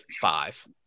five